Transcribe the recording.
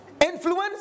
influence